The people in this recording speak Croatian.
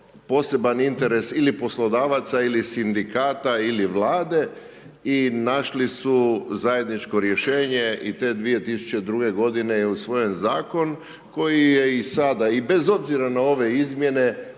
poseban interes ili poslodavaca, ili sindikata ili Vlade i našli su zajedničko rješenje. I te 2002. godine je usvojen zakon koji je i sada i bez obzira na ove izmjene